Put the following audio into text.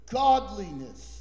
godliness